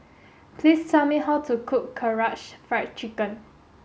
please tell me how to cook Karaage Fried Chicken